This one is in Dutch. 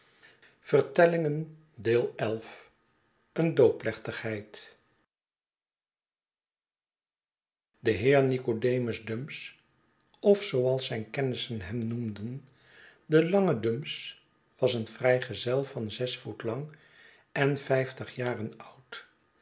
een doopplechtigheid de heer nicodemus dumps of zooals zijn kennissen hem noemden de lange dumps was een vrijgezel van zes voet lang en vyftig jaren oud